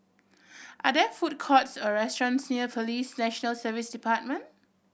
are there food courts or restaurants near Police National Service Department